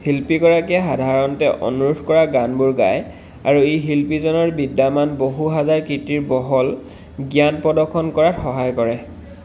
শিল্পীগৰাকীয়ে সাধাৰণতে অনুৰোধ কৰা গানবোৰ গায় আৰু ই শিল্পীজনৰ বিদ্যমান বহু হাজাৰ কৃতীৰ বহল জ্ঞান প্ৰদৰ্শন কৰাত সহায় কৰে